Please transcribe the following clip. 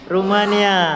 Romania